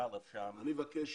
אני מבקש,